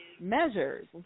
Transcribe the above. measures